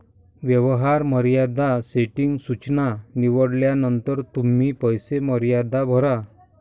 व्यवहार मर्यादा सेटिंग सूचना निवडल्यानंतर तुम्ही पैसे मर्यादा भरा